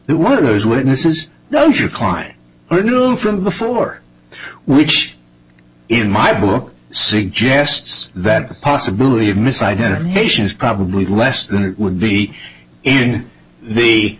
that one of those witnesses now your client i knew from before which in my book suggests that the possibility of misidentification is probably less than it would be in the